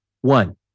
One